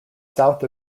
south